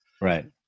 Right